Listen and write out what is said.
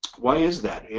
why is that?